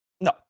No